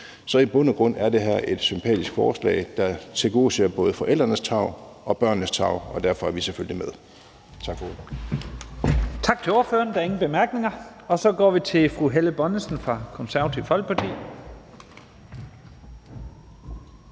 Så i bund og grund er det her et sympatisk forslag, der tilgodeser både forældrenes tarv og børnenes tarv, og derfor er vi selvfølgelig med. Tak for ordet. Kl. 10:24 Første næstformand (Leif Lahn Jensen): Tak til ordføreren. Der er ingen korte bemærkninger. Så går vi til fru Helle Bonnesen fra Det Konservative Folkeparti.